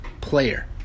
player